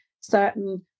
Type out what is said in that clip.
certain